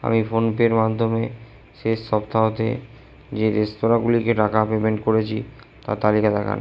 আমি ফোনপের মাধ্যমে শেষ সপ্তাহতে যে রেস্তোরাঁগুলিকে টাকা পেমেন্ট করেছি তার তালিকা দেখান